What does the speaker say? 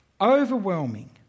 overwhelming